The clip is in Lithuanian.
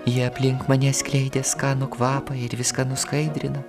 ji aplink mane skleidė skanų kvapą ir viską nuskaidrina